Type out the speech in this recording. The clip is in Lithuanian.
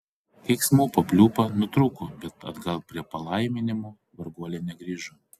keiksmų papliūpa nutrūko bet atgal prie palaiminimų varguolė negrįžo